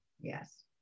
Yes